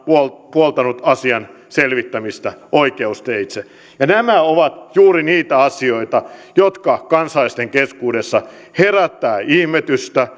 puoltanut asian selvittämistä oikeusteitse nämä ovat juuri niitä asioita jotka kansalaisten keskuudessa herättävät ihmetystä